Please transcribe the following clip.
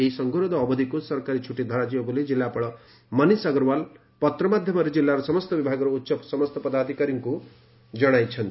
ଏହି ସଙ୍ଗରୋଧ ଅବଧାକୁ ସରକାରୀ ଛୁଟି ଧରାଯିବ ବୋଲି ଜିଲ୍ଲାପାଳ ମନୀଷ ଅଗ୍ରଓ୍ୱାଲ ପତ୍ର ମାଧ୍ଧମରେ ଜିଲ୍ଲାର ସମସ୍ତ ବିଭାଗର ଉଚ୍ଚ ପଦସ୍ତ ଅଧିକାରୀଙ୍କୁ ପତ୍ର ମାଧ୍ଧମରେ ଜଣାଇଛନ୍ତି